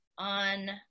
on